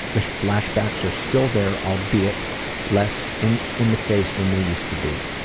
those flashbacks are still there, albeit less in in the face than they used to be.